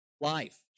life